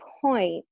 point